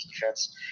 defense